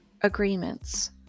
agreements